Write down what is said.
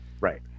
Right